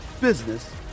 business